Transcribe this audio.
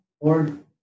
Lord